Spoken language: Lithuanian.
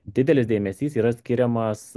didelis dėmesys yra skiriamas